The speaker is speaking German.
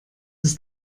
ist